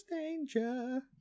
danger